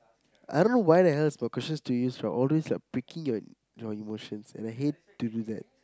I don't why the hell is my questions to you are all those like picking you your emotions and I hate to do that